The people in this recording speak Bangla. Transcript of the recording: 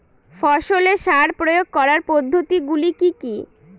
ফসলে সার প্রয়োগ করার পদ্ধতি গুলি কি কী?